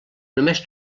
només